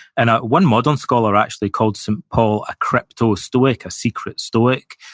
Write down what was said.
and one modern scholar actually called st. paul a crypto-stoic, a secret stoic.